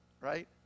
right